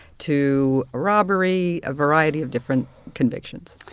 to robbery, a variety of different convictions.